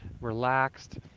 relaxed